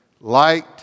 light